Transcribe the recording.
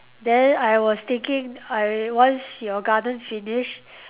then I was thinking I once your garden finish